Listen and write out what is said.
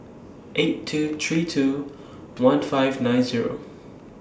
eight two three two one five nine Zero